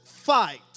fight